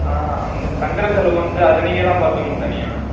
தங்குற செலவு வந்து அது நீங்கள்தான் பார்த்துக்கணும் தனியாக